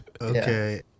Okay